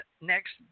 next